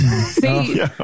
See